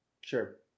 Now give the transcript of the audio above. sure